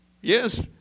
yes